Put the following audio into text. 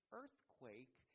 earthquake